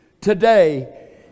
today